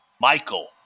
Michael